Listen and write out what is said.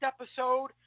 episode